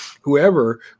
whoever